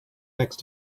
next